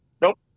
Nope